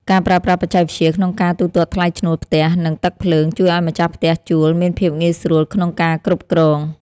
ការប្រើប្រាស់បច្ចេកវិទ្យាក្នុងការទូទាត់ថ្លៃឈ្នួលផ្ទះ និងទឹកភ្លើងជួយឱ្យម្ចាស់ផ្ទះជួលមានភាពងាយស្រួលក្នុងការគ្រប់គ្រង។